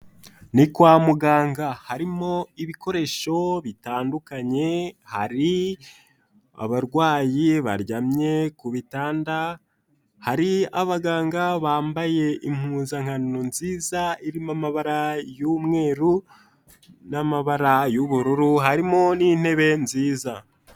Ni kwa muganga harimo ibikoresho bitandukanye hari abarwayi baryamye ku bitanda, hari abaganga bambaye impuzankano nziza irimo amabara y'umweru n'amabara y'ubururu harimo n'intebe nziza.